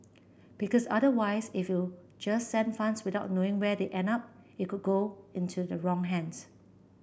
because otherwise if you just send funds without knowing where they end up it could go into the wrong hands